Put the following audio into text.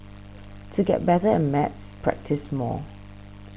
to get better at maths practise more